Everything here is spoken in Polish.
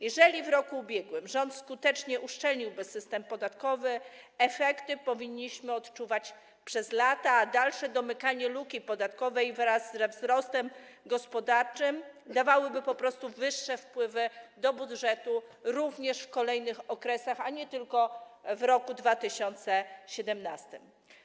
Jeżeli w roku ubiegłym rząd skutecznie uszczelniłby system podatkowy, efekty powinniśmy odczuwać przez lata, a dalsze domykanie luki podatkowej wraz ze wzrostem gospodarczym dawałyby po prostu wyższe wpływy do budżetu również w kolejnych okresach, a nie tylko w roku 2017.